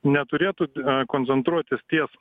neturėtų koncentruotis ties